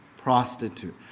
prostitute